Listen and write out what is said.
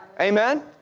Amen